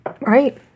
Right